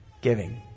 giving